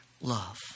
love